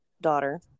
daughter